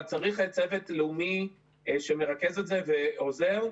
אבל צריך צוות לאומי שמרכז את זה ועוזר.